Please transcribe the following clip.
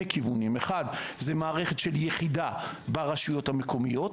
כיוונים אחד זה מערכת של יחידה ברשויות המקומיות,